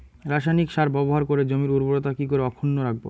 রাসায়নিক সার ব্যবহার করে জমির উর্বরতা কি করে অক্ষুণ্ন রাখবো